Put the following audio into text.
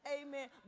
Amen